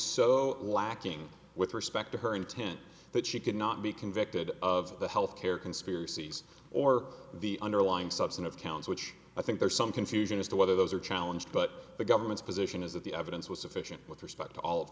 so lacking with respect to her intent that she could not be convicted of the health care conspiracies or the underlying substantive counts which i think there's some confusion as to whether those are challenge but the government's position is that the evidence was sufficient with respect to all of